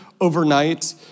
overnight